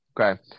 Okay